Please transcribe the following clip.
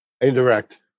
Indirect